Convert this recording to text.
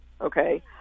Okay